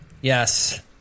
Yes